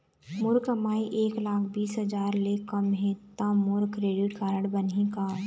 मोर कमाई एक लाख बीस हजार ले कम हे त मोर क्रेडिट कारड बनही का?